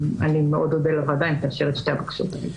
אני מאוד אודה לוועדה אם תאשר את שתי הבקשות האלה.